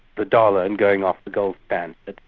the dollar and going off the gold and but